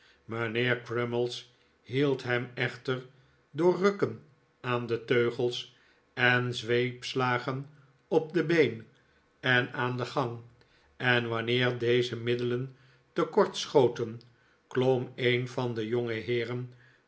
mijnheer crummies hield hem echter door rukken aan de teugels en zweepslagen op de been en aan den gang en wanneer deze middelen te kort schoten klom een van de